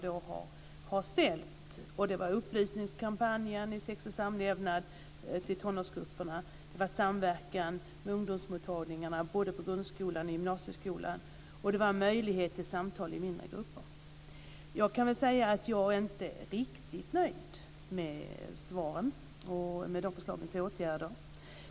De gällde en upplysningskampanj om sex och samlevnad för tonårsgrupperna, samverkan mellan ungdomsmottagningarna både i grundskolan och i gymnasieskolan och möjligheter till samtal i mindre grupper. Jag är inte riktigt nöjd med svaren och med förslagen till åtgärder.